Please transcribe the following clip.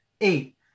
Eight